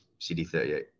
CD38